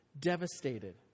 devastated